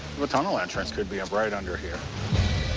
the tunnel entrance could be um right under here.